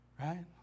Right